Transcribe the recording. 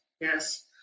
Yes